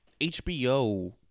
HBO